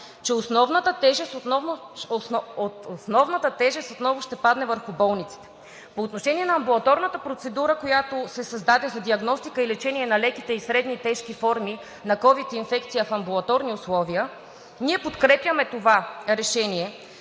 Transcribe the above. че основната тежест отново ще падне върху болниците. По отношение на амбулаторната процедура, която се създаде, за диагностика и лечение на леките и средно тежки форми на ковид инфекция в амбулаторни условия – ние подкрепяме това решение,